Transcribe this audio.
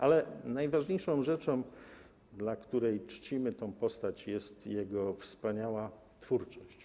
Ale najważniejszą rzeczą, dla której czcimy tę postać, jest jego wspaniała twórczość.